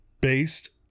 based